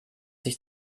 sich